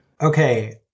Okay